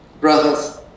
brothers